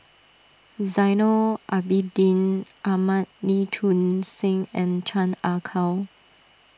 Zainal Abidin Ahmad Lee Choon Seng and Chan Ah Kow